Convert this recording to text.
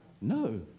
No